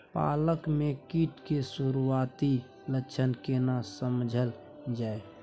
पालक में कीट के सुरआती लक्षण केना समझल जाय?